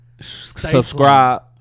Subscribe